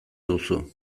duzu